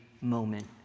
moment